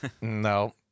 No